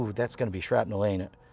that's going to be shrapnel, ain't it?